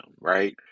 right